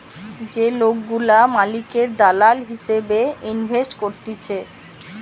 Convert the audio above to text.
যে লোকগুলা মালিকের দালাল হিসেবে ইনভেস্ট করতিছে